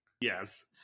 yes